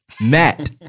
Matt